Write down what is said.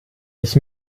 ich